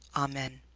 amen.